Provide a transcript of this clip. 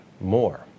more